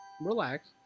Relax